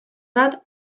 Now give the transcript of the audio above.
bat